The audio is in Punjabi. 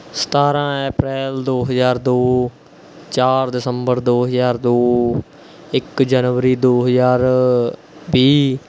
ਸਤਾਰ੍ਹਾਂ ਅਪ੍ਰੈਲ ਦੋ ਹਜ਼ਾਰ ਦੋ ਚਾਰ ਦਸੰਬਰ ਦੋ ਹਜ਼ਾਰ ਦੋ ਇੱਕ ਜਨਵਰੀ ਦੋ ਹਜ਼ਾਰ ਵੀਹ